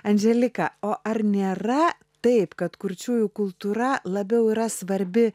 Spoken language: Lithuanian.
anželika o ar nėra taip kad kurčiųjų kultūra labiau yra svarbi